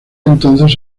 entonces